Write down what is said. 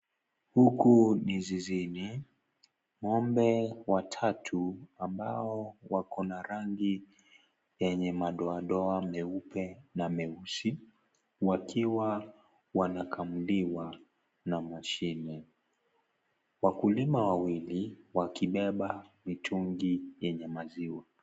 Huku ni zizini ng'ombe watatu ambao wako na rangi yenye madoadoa meupe na meusi wakiwa wanakandiwa na mashine. Wakulima wawili wakibeba mitungi yenye maziwa.